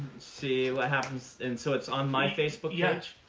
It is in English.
see what happens. and so it's on my facebook yeah page?